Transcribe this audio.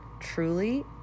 truly